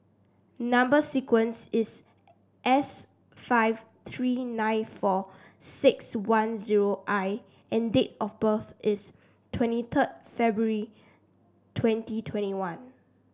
number sequence is S five three nine four six one zero I and date of birth is twenty third February twenty twenty one